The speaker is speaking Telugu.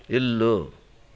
ఇల్లు